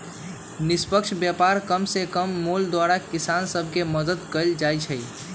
निष्पक्ष व्यापार कम से कम मोल द्वारा किसान सभ के मदद कयल जाइ छै